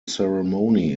ceremony